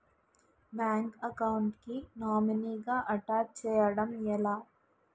Bank account కి nominee గా attach చేయడం ఎలా?